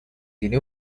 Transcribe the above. tiene